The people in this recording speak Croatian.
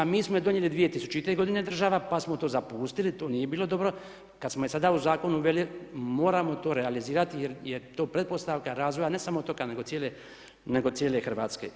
Mi smo je donijeli 2000. godine, država, pa smo to zapustili, to nije bilo dobro i kad smo je sada u Zakonu uveli moramo to realizirati, jer je to pretpostavka razvoja ne samo otoka, nego cijele, nego cijele Hrvatske.